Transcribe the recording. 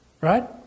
right